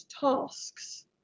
tasks